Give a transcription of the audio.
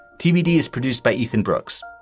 tbd is produced by ethan brooks.